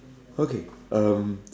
okay um